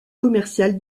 commercial